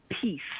peace